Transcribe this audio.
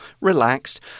relaxed